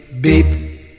beep